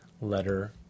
letter